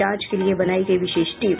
जांच के लिये बनायी गयी विशेष टीम